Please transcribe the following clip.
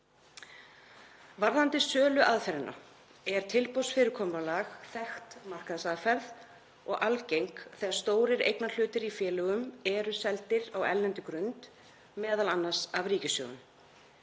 Varðandi söluaðferðina er tilboðsfyrirkomulag þekkt markaðsaðferð og algeng þegar stórir eignarhlutir í félögum eru seldir á erlendri grund, m.a. af ríkissjóðum.